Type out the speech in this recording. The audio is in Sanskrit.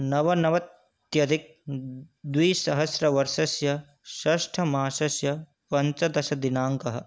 नवनवत्यधिकद्विसहस्रवर्षस्य षष्ठमासस्य पञ्चदशदिनाङ्कः